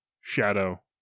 shadow